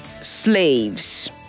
slaves